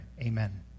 amen